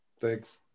Thanks